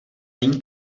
není